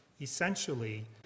essentially